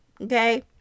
okay